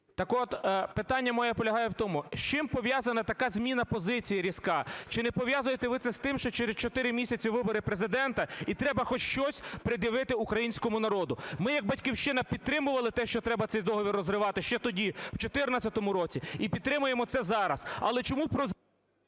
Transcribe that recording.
Так от, питання моє полягає в тому, з чим пов'язана така зміна позиції різка? Чи не пов'язуєте ви це з тим, що через 4 місяці вибори Президента і треба хоч щось пред'явити українському народу? Ми як "Батьківщина" підтримували те, що цей договір треба розривати ще тоді, в 14-му році, і підтримаємо це зараз. Але чому…